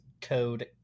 code